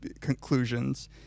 conclusions